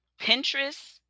Pinterest